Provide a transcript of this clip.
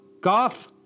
Goth